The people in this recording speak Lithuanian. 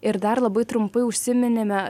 ir dar labai trumpai užsiminėme